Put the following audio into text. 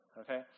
okay